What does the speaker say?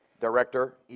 director